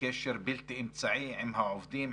קשר בלתי אמצעי עם העובדים,